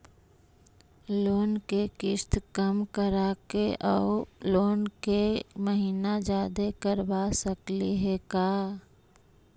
Loan के किस्त कम कराके औ लोन के महिना जादे करबा सकली हे का?